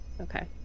Okay